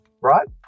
right